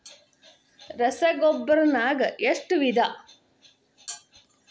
ರಸಗೊಬ್ಬರ ನಾಗ್ ಎಷ್ಟು ವಿಧ?